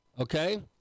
Okay